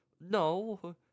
No